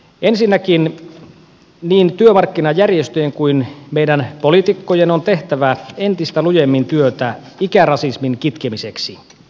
ensinnäkin niin työmarkkinajärjestöjen kuin meidän poliitikkojen on tehtävä entistä lujemmin työtä ikärasismin kitkemiseksi